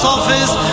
Office